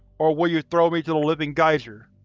or will you throw me to the living geyser?